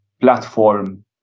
platform